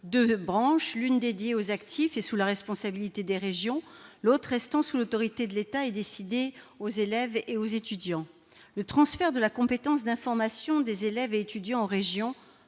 deux branches : une branche dédiée aux actifs et sous la responsabilité des régions, l'autre restant sous l'autorité de l'État et destinée aux élèves et aux étudiants. Le transfert de la compétence d'information des élèves et étudiants aux régions